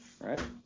right